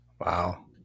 Wow